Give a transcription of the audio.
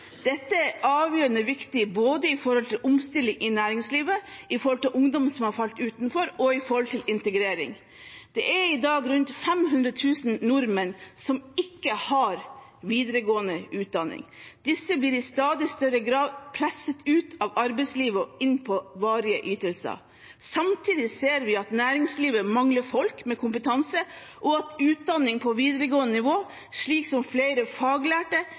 Dette er avgjørende viktig både når det gjelder omstilling i næringslivet, ungdom som faller utenfor, og integrering. Det er i dag rundt 500 000 nordmenn som ikke har videregående utdanning. Disse blir i stadig større grad presset ut av arbeidslivet og inn på varige ytelser. Samtidig ser vi at næringslivet mangler folk med kompetanse, og at utdanning på videregående nivå, som flere faglærte,